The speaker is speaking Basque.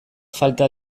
falta